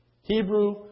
Hebrew